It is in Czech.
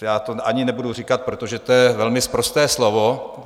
Já to ani nebudu říkat, protože to je velmi sprosté slovo.